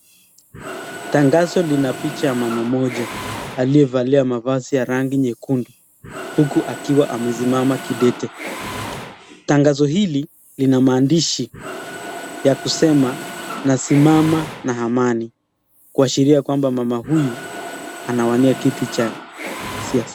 Tangazo lina picha ya mama mmoja aliyevalia mavazi la rangi nyekundu huku akiwa amesimama kidete, tangazo hili lina maandishi ya kusema nasimama na amani kuashiria kuwa mama huyu anawania kiti cha sia ...